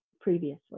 previously